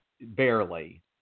barely